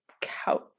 couch